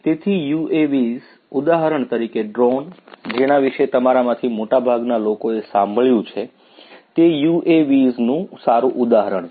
તેથી UAVs ઉદાહરણ તરીકે ડ્રોન જેનાં વિષે તમારા માંથી મોટા ભાગના લોકોએ સાંભળ્યું છે તે UAVs નું સારું ઉદાહરણ છે